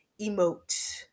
emote